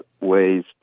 ways